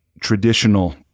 traditional